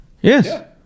Yes